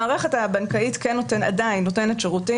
המערכת הבנקאית עדיין נותנת שירותים.